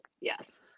Yes